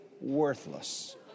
worthless